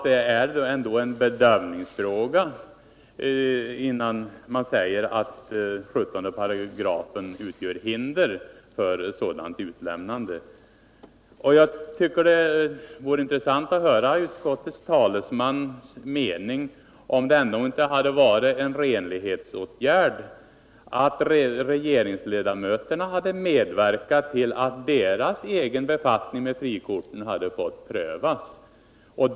Det är en bedömning man gör när man säger att 17 § utgör hinder för ett sådant utlämnande. Hade det inte varit en renlighetsåtgärd att regeringsledamöterna hade medverkat till att deras egen befattning med frikorten hade fått prövas? Det vore intressant att höra utskottets talesmans mening om den saken.